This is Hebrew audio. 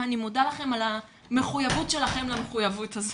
ואני מודה לכם על המחויבות שלכם למחויבות הזאת.